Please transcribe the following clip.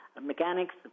mechanics